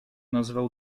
nazywał